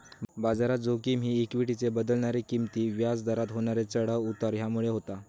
बाजारात जोखिम ही इक्वीटीचे बदलणारे किंमती, व्याज दरात होणारे चढाव उतार ह्यामुळे होता